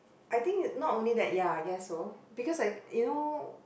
I think it not only that ya I guess so because I you know